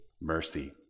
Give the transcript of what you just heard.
mercy